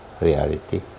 reality